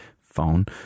phone